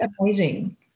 amazing